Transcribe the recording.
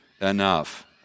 enough